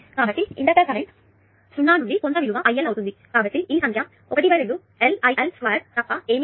కాబట్టి inductor current 0 నుండి కొంత విలువ IL అవుతుంది కాబట్టి ఈ సంఖ్య 12LIL2 తప్ప ఏమీ కాదు